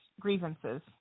grievances